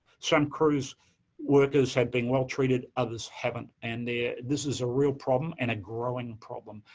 some cruise workers have been well-treated, others haven't. and this is a real problem and a growing problem.